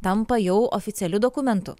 tampa jau oficialiu dokumentu